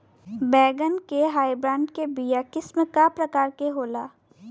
बैगन के हाइब्रिड के बीया किस्म क प्रकार के होला?